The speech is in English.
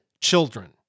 children